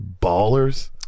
ballers